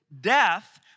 death